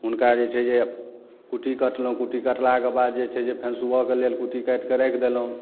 हुनका जे छै जे कुट्टी कटलहुँ कुट्टी कटलाके बाद जे छै जे फेन सुबहके लेल कुट्टी काटिकऽ राखि देलहुँ